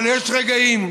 אבל יש רגעים,